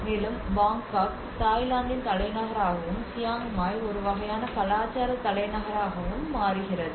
மேலும் பாங்காக் தாய்லாந்தின் தலைநகராகவும் சியாங் மாய் ஒரு வகையான கலாச்சார தலைநகராகவும் மாறுகிறது